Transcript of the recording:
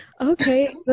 Okay